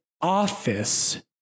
office